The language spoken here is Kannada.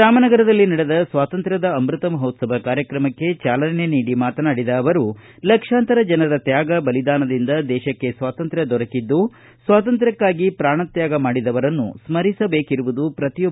ರಾಮನಗರದಲ್ಲಿ ನಡೆದ ಸ್ವಾತಂತ್ರ್ಕದ ಅಮೃತ ಮಹೋತ್ಸವ ಕಾರ್ಯಕ್ರಮಕ್ಕೆ ಚಾಲನೆ ನೀಡಿ ಮಾತನಾಡಿದ ಅವರು ಲಕ್ಷಾಂತರ ಜನರ ತ್ಕಾಗ ಬಲಿದಾನದಿಂದ ದೇಶಕ್ಕೆ ಸ್ವಾತಂತ್ರ್ಯ ದೊರಕಿದ್ದು ಸ್ವಾತಂತ್ರ್ಯಕ್ಕಾಗಿ ಪ್ರಾಣತ್ಕಾಗ ಮಾಡಿದವರನ್ನು ಸ್ಮರಿಸಬೇಕಿರುವುದು ಪ್ರತಿಯೊಬ್ಬರ ಕರ್ತವ್ಯ ಎಂದರು